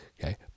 Okay